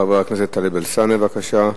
חבר הכנסת טלב אלסאנע, בבקשה.